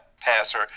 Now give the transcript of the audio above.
passer